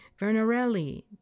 Vernarelli